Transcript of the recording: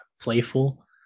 playful